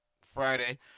Friday